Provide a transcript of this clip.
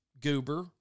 goober